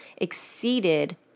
exceeded